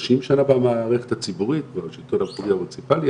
30 שנה במערכת הציבורית וברשויות המוניציפליות,